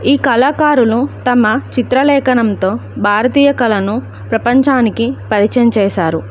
ఈ కళాకారులు తమ చిత్రలేఖనంతో భారతీయ కళను ప్రపంచానికి పరిచయం చేశారు